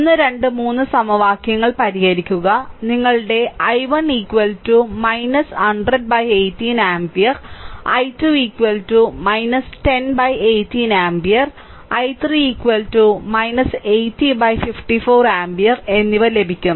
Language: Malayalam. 1 2 3 സമവാക്യങ്ങൾ പരിഹരിക്കുക നിങ്ങളുടെ i1 10018 ampere i2 1018 ampere i3 8054 ampere എന്നിവ ലഭിക്കും